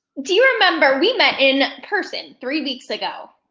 do you remember we met in person three weeks ago?